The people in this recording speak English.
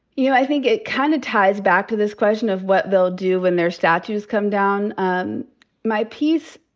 you know, i think it kinda kind of ties back to this question of what they'll do when their statues come down. um my piece,